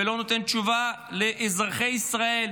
ולא נותן תשובה לאזרחי ישראל?